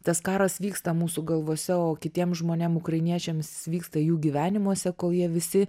tas karas vyksta mūsų galvose o kitiem žmonėm ukrainiečiam jis vyksta jų gyvenimuose kol jie visi